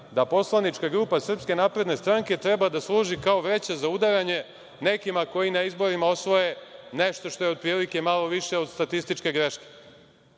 Da poslanička grupa SNS treba da služi kao vreća za udaranje nekima koji na izborima osvoje nešto što je otprilike malo više od statističke greške?